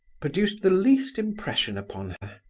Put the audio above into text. produced the least impression upon her.